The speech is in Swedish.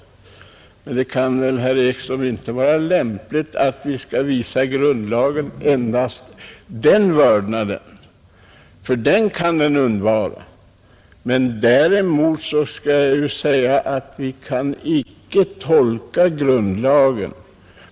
Men det kan väl, herr Ekström, inte vara lämpligt att vi skall visa grundlagen endast den vördnaden, för den kan den undvara, Däremot skall jag säga att vi skall icke tolka utan följa grundlagen.